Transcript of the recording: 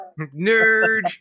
Nerd